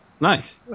Nice